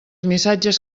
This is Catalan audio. missatges